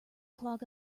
clog